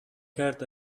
heard